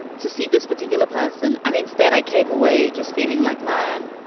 to see this particular person. and instead i came away just feeling like man,